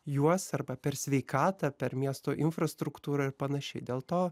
juos arba per sveikatą per miesto infrastruktūrą ir panašiai dėl to